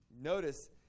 Notice